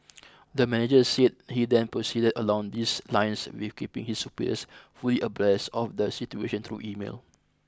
the manager said he then proceeded along these lines with keeping his superiors fully abreast of the situation through email